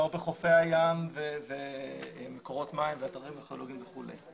כלומר בחופי הים ומקורות מים ואתרים ארכיאולוגיים וכו'.